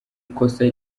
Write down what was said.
ikosa